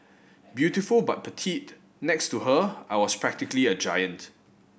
beautiful but petite next to her I was practically a giant